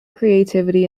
creativity